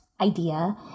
idea